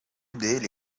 dele